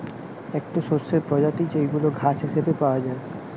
একটো শস্যের প্রজাতি যেইগুলা ঘাস হিসেবে পাওয়া যায়